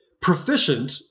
proficient